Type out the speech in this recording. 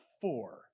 four